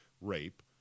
rape